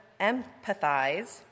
empathize